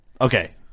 Okay